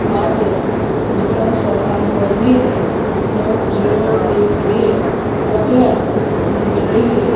માટે વિતરણ સરનામું બદલીને નવ જીરો એક બે ઓકલેન નવી દિલ્હી